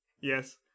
Yes